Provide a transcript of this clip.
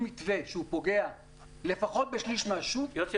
מתווה שפוגע לפחות בשליש מהשוק --- יוסי,